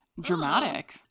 Dramatic